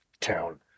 town